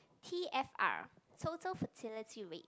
t_f_r total fertility rate